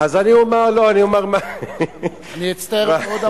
אני אצטער מאוד,